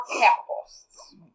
capitalists